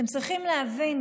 אתם צריכים להבין,